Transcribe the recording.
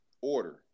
order